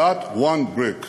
not one brick.